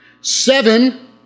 seven